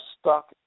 stuck